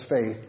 faith